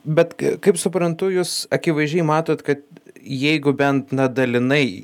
bet kaip suprantu jūs akivaizdžiai matot kad jeigu bent dalinai